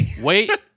Wait